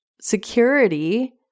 security